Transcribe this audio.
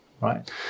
Right